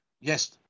yes